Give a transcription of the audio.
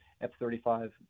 F-35